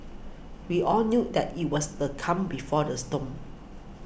we all knew that it was the calm before the storm